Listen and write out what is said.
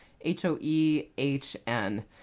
h-o-e-h-n